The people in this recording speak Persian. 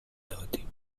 دادیم